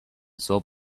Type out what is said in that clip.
sort